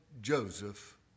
Joseph